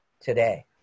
today